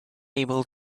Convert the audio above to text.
able